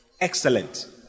excellent